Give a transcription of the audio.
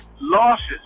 losses